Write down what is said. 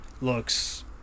Looks